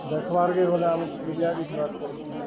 ଦେଖ୍ବାର୍କେ ଗଲେ ଆମକୁ ଦୁଆକେ ଯିବାର ପଡ଼୍ସି